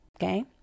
Okay